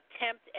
attempt